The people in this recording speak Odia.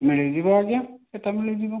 ମିଳିଯିବ ଆଜ୍ଞା ସେଇଟା ମିଳିଯିବ